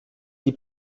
die